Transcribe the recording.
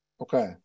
Okay